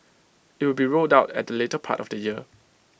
IT will be rolled out at the later part of the year